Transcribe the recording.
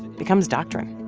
becomes doctrine